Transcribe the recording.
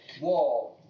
whoa